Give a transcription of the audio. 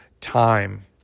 Time